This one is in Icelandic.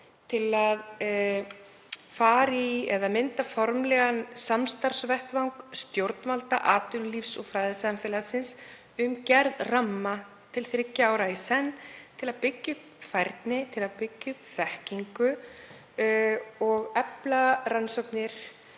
til að mynda formlegan samstarfsvettvang stjórnvalda, atvinnulífs og fræðasamfélagsins um gerð ramma til þriggja ára í senn til að byggja upp færni, til að byggja upp þekkingu og efla rannsóknir